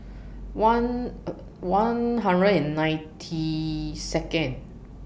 one one hundred and ninety Second